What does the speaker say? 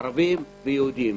יהודים וערבים,